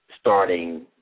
starting